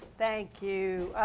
thank you.